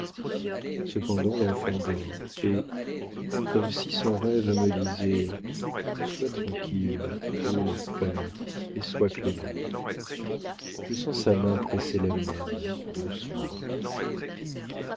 cependant l'enfant dort et comme si son rêve me disait sois tranquille ô père et sois clément je sens sa main presser la mienne doucement